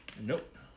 Nope